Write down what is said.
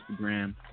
Instagram